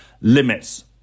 limits